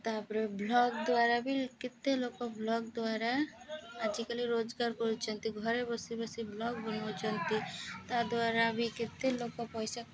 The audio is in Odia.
ତାପରେ ବ୍ଲଗ୍ ଦ୍ୱାରା ବି କେତେ ଲୋକ ବ୍ଲଗ୍ ଦ୍ୱାରା ଆଜିକାଲି ରୋଜଗାର କରୁଚନ୍ତି ଘରେ ବସି ବସି ବ୍ଲଗ୍ ବନାଉଛନ୍ତି ତାଦ୍ୱାରା ବି କେତେ ଲୋକ ପଇସା